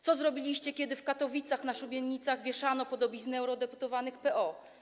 Co zrobiliście, kiedy w Katowicach na szubienicach wieszano podobizny eurodeputowanych PO?